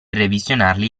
revisionarli